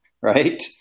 right